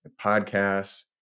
podcasts